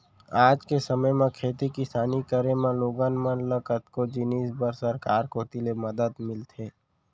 आज के समे म खेती किसानी करे म लोगन मन ल कतको जिनिस बर सरकार कोती ले मदद मिलथे